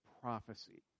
prophecy